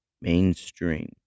mainstream